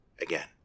again